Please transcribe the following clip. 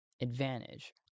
advantage